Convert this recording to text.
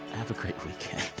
have a great weekend